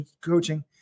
coaching